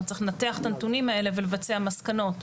זאת אומרת צריך לנתח את הנתונים האלה ולבצע מסקנות.